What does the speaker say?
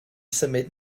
symud